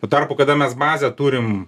tuo tarpu kada mes bazę turim